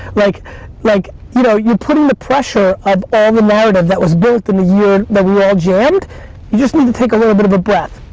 like like you know you're putting the pressure of all the narrative that was built in a year that we all jammed, you just need to take a little bit of a breath.